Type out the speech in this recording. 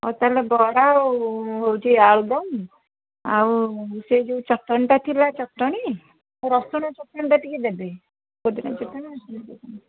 ଆଉ ତା'ହେଲେ ବରା ଆଉ ହେଉଛି ଆଳୁଦମ ଆଉ ସେ ଯେଉଁ ଚଟଣିଟା ଥିଲା ଚଟଣି ରସୁଣ ଚଟଣିଟା ଟିକେ ଦେବେ ପୋଦିନା ଚଟଣି ରସୁଣ ଚଟଣି